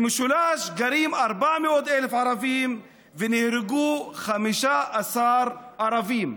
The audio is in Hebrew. במשולש גרים 400,000 ערבים ונהרגו 15 ערבים.